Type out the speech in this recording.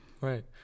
Right